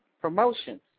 Promotions